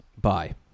bye